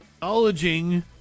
Acknowledging